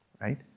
right